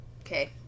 Okay